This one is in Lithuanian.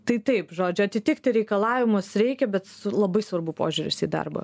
tai taip žodžiu atitikti reikalavimus reikia bet labai svarbu požiūris į darbą